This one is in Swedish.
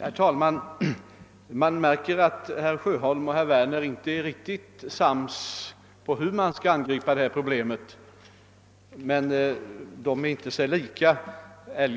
Herr talman! Man märker att herr Sjöholm och herr Werner inte är alldeles sams om hur man skall angripa detta problem — utan